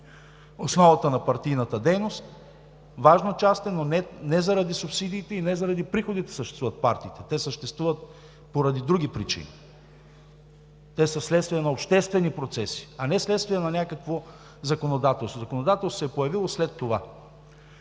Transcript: основата на партийната дейност, важна част е, но не заради субсидиите и не заради приходите съществуват партиите – те съществуват поради други причини, вследствие на обществени процеси, а не вследствие на някакво законодателство. Законодателството се е появило след това.